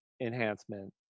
enhancement